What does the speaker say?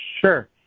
Sure